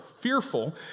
fearful